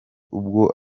ubwo